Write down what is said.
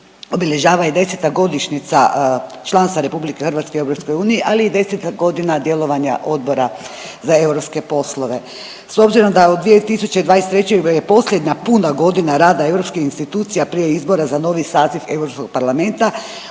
obilježava i deseta godišnjica članstva Republike Hrvatske u EU, ali i deseta godina djelovanja Odbora za europske poslove. S obzirom da u 2023. je posljednja puna godina rada europskih institucija prije izbora za novi saziv Europskog parlamenta.